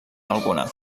alguna